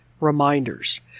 reminders